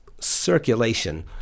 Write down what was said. circulation